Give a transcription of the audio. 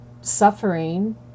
suffering